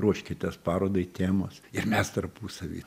ruoškitės parodai temos ir mes tarpusavy